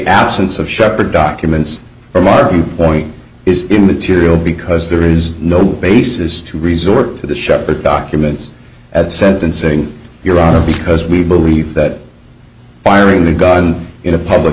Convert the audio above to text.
absence of shepherd documents from our viewpoint is immaterial because there is no basis to resort to the shepherd documents at sentencing your honor because we believe that firing a gun in a public